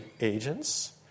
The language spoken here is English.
agents